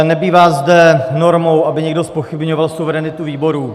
Nebývá zde normou, aby někdo zpochybňoval suverenitu výboru.